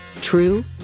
true